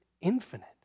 infinite